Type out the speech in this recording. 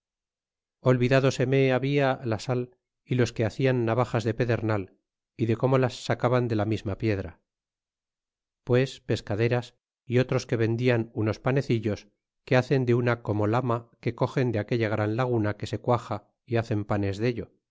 las mercaderías olvidadoseme habla la sal y los que hacían navajas de pedernal y de como las sacaban de la misma piedra pues pescaderas y otros que vendian unos panecillos que hacen de una como lama que cogen de aquella gran laguna que se cuaja y hacen panes dello